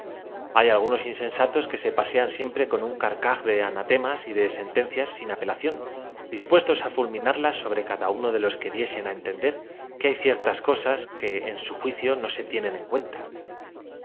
ay algunos inseosatos que se pasean siempre con un carcax de anatemas y de senten cias sin apelación dispuestos á fulminarlas sobre cada uno de los que diesen á entender que hay ciertas cosaa en que su juicio no se tiene en cuenta